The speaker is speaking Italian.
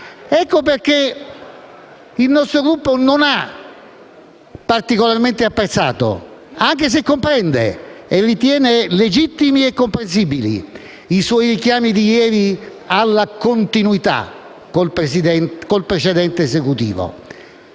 Ecco perché il nostro Gruppo non ha particolarmente apprezzato - anche se comprende e li ritiene legittimi e comprensibili - i suoi richiami di ieri alla continuità con il precedente Esecutivo.